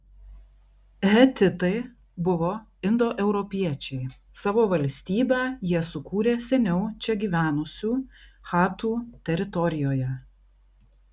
hetitai buvo indoeuropiečiai savo valstybę jie sukūrė seniau čia gyvenusių chatų teritorijoje